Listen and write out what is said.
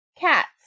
Cats